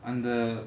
under